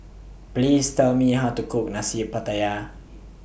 Please Tell Me How to Cook Nasi Pattaya